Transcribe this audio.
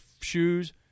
shoes